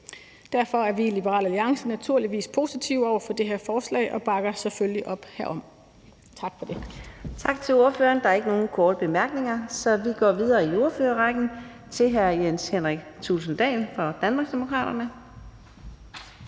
Derfor er vi i Liberal Alliance naturligvis positive over for det her forslag og bakker selvfølgelig op herom. Tak for det. Kl. 17:54 Fjerde næstformand (Karina Adsbøl): Tak til ordføreren. Der er ikke nogen korte bemærkninger, så vi går videre i ordførerrækken til hr. Jens Henrik Thulesen Dahl fra Danmarksdemokraterne.